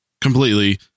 completely